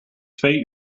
twee